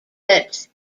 that